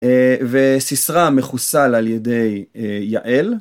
וסיסרא מחוסל על ידי יעל.